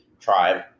tribe